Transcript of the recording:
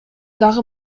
дагы